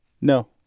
No